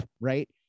right